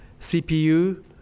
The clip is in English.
CPU